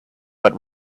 but